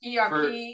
ERP